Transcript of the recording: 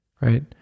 right